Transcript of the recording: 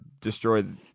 destroyed